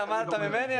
לעצמך.